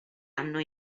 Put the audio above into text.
anno